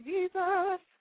Jesus